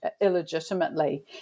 illegitimately